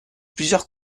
plusieurs